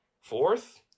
Fourth